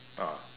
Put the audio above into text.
ah